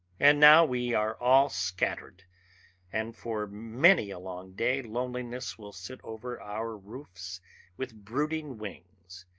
and now we are all scattered and for many a long day loneliness will sit over our roofs with brooding wings.